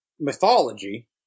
mythology